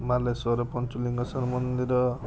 ବାଲେଶ୍ୱର ପଞ୍ଚଲିଙ୍ଗେଶ୍ୱର ମନ୍ଦିର